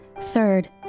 Third